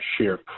share